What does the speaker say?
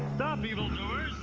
stop evil doers!